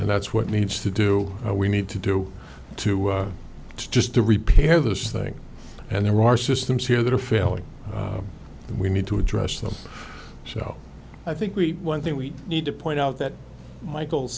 and that's what needs to do we need to do to it's just the repair of those things and there are systems here that are failing and we need to address them so i think we one thing we need to point out that michael